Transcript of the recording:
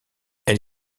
elle